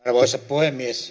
arvoisa puhemies